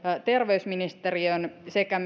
terveysministeriön sekä